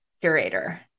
curator